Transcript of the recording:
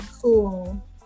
cool